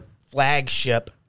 flagship